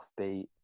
offbeat